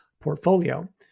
portfolio